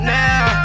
now